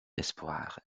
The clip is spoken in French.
espoirs